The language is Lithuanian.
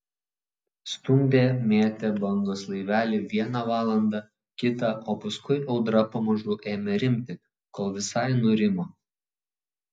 stumdė mėtė bangos laivelį vieną valandą kitą o paskui audra pamažu ėmė rimti kol visai nurimo